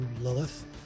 Lilith